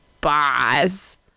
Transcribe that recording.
boss